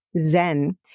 zen